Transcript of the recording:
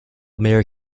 mayor